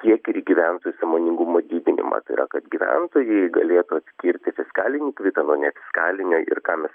tiek ir į gyventojų sąmoningumo didinimą tai yra kad gyventojai galėtų atskirti fiskalinį kvitą nuo nefiskalinio ir ką mes